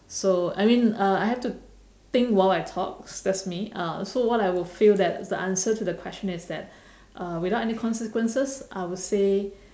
so I mean uh I have to think while I talk that's me so what I would feel that is the answer to the question is that uh without any consequences I will say